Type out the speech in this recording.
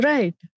Right